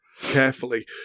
carefully